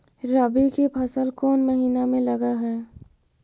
रबी की फसल कोन महिना में लग है?